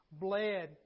bled